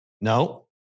No